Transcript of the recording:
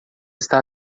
está